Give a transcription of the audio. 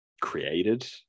created